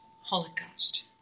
holocaust